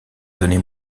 données